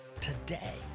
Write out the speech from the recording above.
today